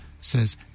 says